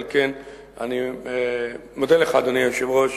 אדוני היושב-ראש,